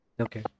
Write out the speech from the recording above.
Okay